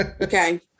Okay